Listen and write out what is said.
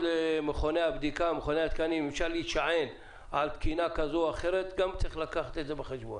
למכוני התקנים צריך לקחת את זה בחשבון.